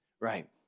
right